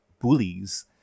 bullies